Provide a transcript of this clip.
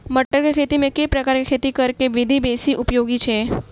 मटर केँ खेती मे केँ प्रकार केँ खेती करऽ केँ विधि बेसी उपयोगी छै?